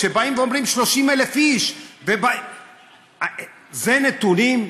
כשאומרים 30,000 איש, זה נתונים?